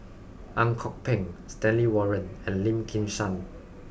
Ang Kok Peng Stanley Warren and Lim Kim San